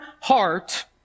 heart